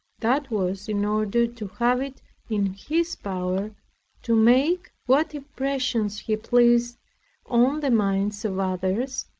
that was in order to have it in his power to make what impressions he pleased on the minds of others,